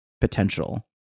potential